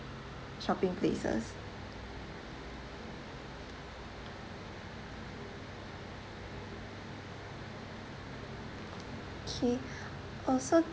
shopping places okay uh so